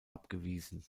abgewiesen